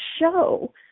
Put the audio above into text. show